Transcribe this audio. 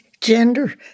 Gender